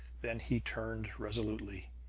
then he turned resolutely.